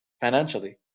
financially